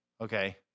Okay